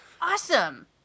Awesome